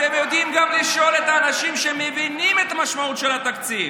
אתם יודעים גם לשאול את האנשים שמבינים את המשמעות של התקציב.